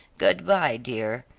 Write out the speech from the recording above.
good-bye, dear,